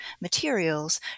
materials